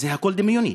זה הכול דמיוני.